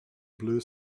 blue